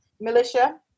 militia